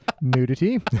nudity